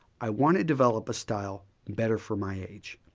i want to develop a style better for my age,